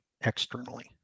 externally